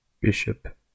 bishop